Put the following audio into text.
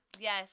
yes